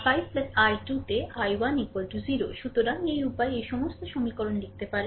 সুতরাং এই উপায় এই সমস্ত সমীকরণ লিখতে পারেন